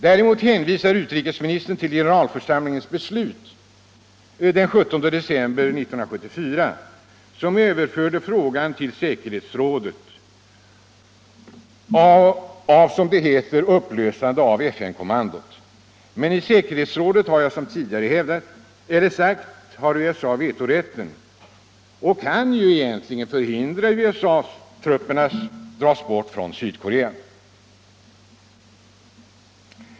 Däremot hänvisar utrikesministern till generalförsamlingens beslut den 17 december 1974, som till säkerhetsrådet överförde frågan om ett ”upplösande av FN-kommandot”, men i säkerhetsrådet har USA, som tidigare sagt, vetorätten och kan därmed förhindra att USA-trupperna dras bort från Sydkorea.